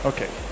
Okay